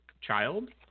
child